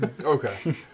Okay